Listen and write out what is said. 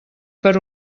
per